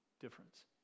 difference